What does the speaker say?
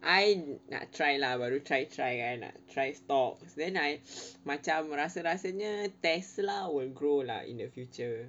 I nak try lah baru try try I nak try stock then I macam rasa-rasanya tesla will grow lah in the future